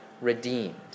redeemed